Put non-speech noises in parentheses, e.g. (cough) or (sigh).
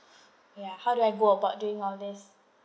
(breath) ya how do I go about doing all these